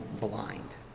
blind